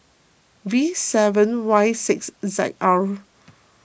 V seven Y six Z R